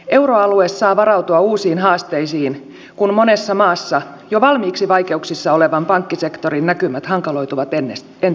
euroalue saa varautua uusiin haasteisiin kun monessa maassa jo valmiiksi vaikeuksissa olevan pankkisektorin näkymät hankaloituvat entisestään